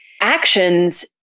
actions